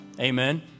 amen